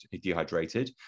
dehydrated